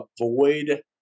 avoid